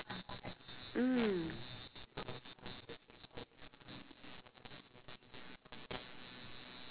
mm